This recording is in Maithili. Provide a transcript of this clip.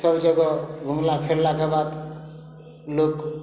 सब जगह घुमला फिरलाके बाद लोक